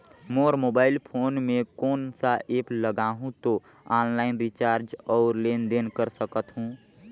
मोर mobile phone मे कोन सा एप्प लगा हूं तो ऑनलाइन रिचार्ज और लेन देन कर सकत हू?